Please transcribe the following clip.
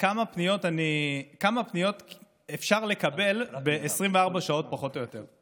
כמה פניות אפשר לקבל ב-24 שעות פחות או יותר.